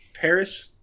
Paris